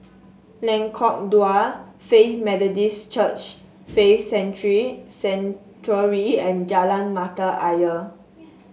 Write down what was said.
Lengkok Dua Faith Methodist Church Faith Sanctuary and Jalan Mata Ayer